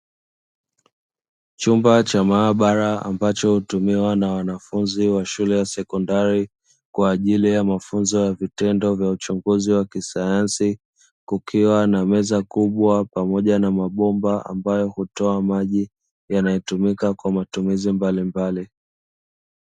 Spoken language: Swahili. Chumba cha maabara ambacho hutumiwa na wanafunzi wa shule ya sekondari, kwa ajili ya mafunzo ya vitendo na uchunguzi wa kisayansi, kukiwa na meza kubwa pamoja na mabomba ambayo hutoa maji, yanayotumika kwa matumizi mbalimbali.